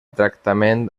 tractament